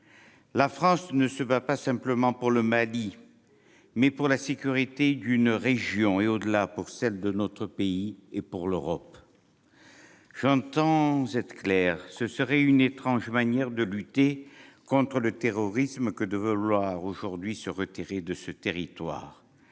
La France ne se bat pas simplement pour le Mali ; elle se bat pour la sécurité d'une région entière et, au-delà, pour celle de notre pays et de l'Europe. J'entends être clair : ce serait une étrange manière de lutter contre le terrorisme de vouloir aujourd'hui se retirer de ce territoire